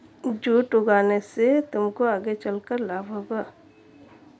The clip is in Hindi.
जूट उगाने से तुमको आगे चलकर लाभ होगा